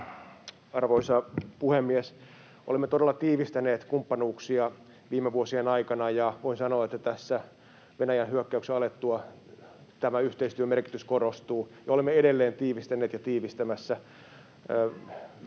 Arvoisa puhemies! Olemme todella tiivistäneet kumppanuuksia viime vuosien aikana, ja voin sanoa, että Venäjän hyökkäyksen alettua tämä yhteistyön merkitys korostuu, ja sitä olemme edelleen tiivistäneet ja tiivistämässä. Olemme sopineet, että